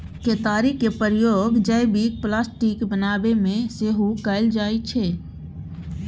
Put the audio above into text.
केतारीक प्रयोग जैबिक प्लास्टिक बनेबामे सेहो कएल जाइत छै